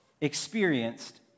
experienced